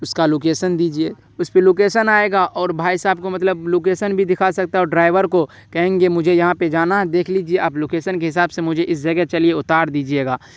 اس کا لوکیشن دیجیے اس پہ لوکیشن آئے گا اور بھائی صاحب کو مطلب لوکیشن بھی دکھا سکتا ہے اور ڈرائیور کو کہیں گے مجھے یہاں پہ جانا ہے دیکھ لیجیے آپ لوکیشن کے حساب سے مجھے اس جگہ چلیے اتار دیجیے گا